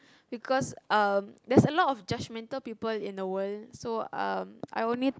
because um there's a lot of judgmental people in the world so um I only